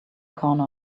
corner